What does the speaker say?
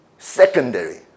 Secondary